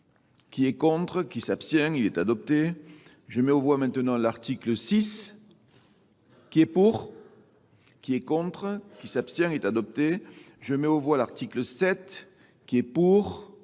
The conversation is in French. qui est contre, qui s'abstient, il est adopté. Je mets au voie maintenant l'article 6 qui est pour. qui est contre, qui s'abstient, est adopté. Je mets au vote l'article 7, qui est pour,